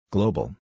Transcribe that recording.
Global